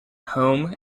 home